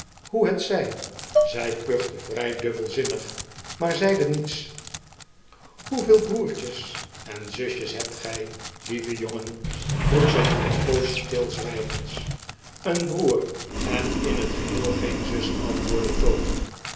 hoe het zij zij kuchte vrij dubbelzinnig maar zeide niets hoeveel broertjes en zusjes hebt gij lieve jongen vroeg zij na eene poos stilzwijgens een broer en in het geheel geen zus antwoordde tony